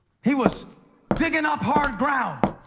he was digging up hard ground.